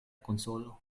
konsolo